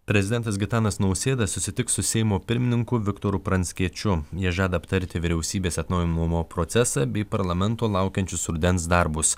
prezidentas gitanas nausėda susitiks su seimo pirmininku viktoru pranckiečiu jie žada aptarti vyriausybės atnaujinimo procesą bei parlamento laukiančius rudens darbus